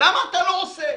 למה אתה לא עושה?